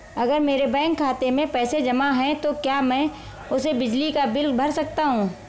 अगर मेरे बैंक खाते में पैसे जमा है तो क्या मैं उसे बिजली का बिल भर सकता हूं?